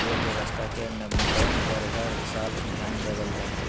rail व्यवस्था के नवीनीकरण पर हर साल ध्यान देवल जा हइ